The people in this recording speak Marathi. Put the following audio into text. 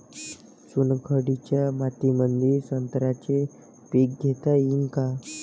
चुनखडीच्या मातीमंदी संत्र्याचे पीक घेता येईन का?